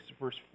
verse